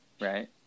right